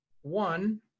One